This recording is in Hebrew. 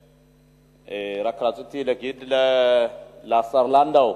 רק רציתי להגיד לשר לנדאו: